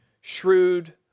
shrewd